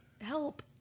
help